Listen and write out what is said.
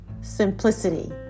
simplicity